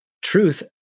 truth